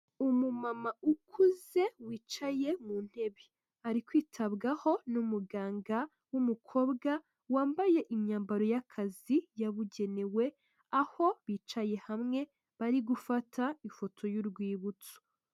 Umumama ukuze wicaye mu ntebe, ari kwitabwaho n'umuganga w'umukobwa wambaye imyambaro y'akazi yabugenewe, aho bicaye hamwe bari gufata ifoto y'urwibutso.